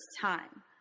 time